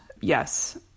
yes